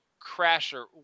crasher